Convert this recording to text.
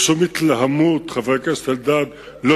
ושום התלהמות, חבר הכנסת אלדד, זו לא התלהמות.